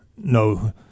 no